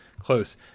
close